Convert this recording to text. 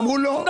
והם אמרו לא.